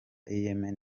yemen